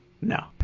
no